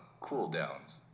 cooldowns